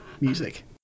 Music